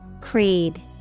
Creed